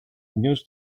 news